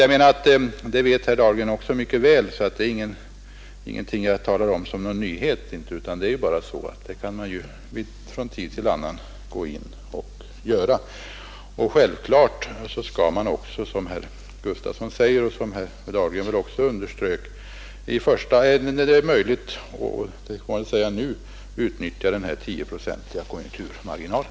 Jag menar alltså att — och det vet herr Dahlgren mycket väl, så det är ingenting jag talar om som en nyhet — att Kungl. Maj:t från tid till annan kan göra avsteg härvidlag. Självfallet skall man också, som herr Gustafson i Göteborg sade och som väl också herr Dahlgren underströk, när det är möjligt — och det får vi väl säga att det är nu — utnyttja den här 10-procentiga konjunkturmarginalen.